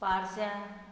पार्श्यां